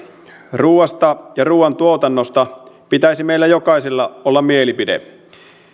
ruuasta ja ruuantuotannosta pitäisi meillä jokaisella olla mielipide